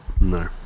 no